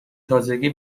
تازگی